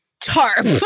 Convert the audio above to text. tarp